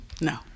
No